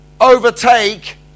overtake